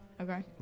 Okay